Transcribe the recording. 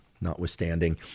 notwithstanding